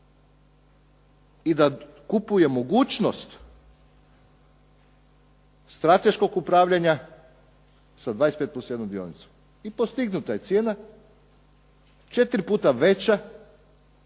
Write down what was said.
i da kupuje mogućnost strateškog upravljanja sa 25 plus jednom dionicom. I postignuta je cijena 4 puta veća